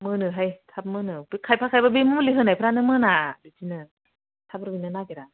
मोनोहाय थाब मोनो बे खायफा खायफा बे मुलि होनायफ्रानो मोना बिदिनो थाब रुइनो नागेरा